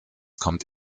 kommt